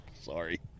Sorry